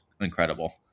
incredible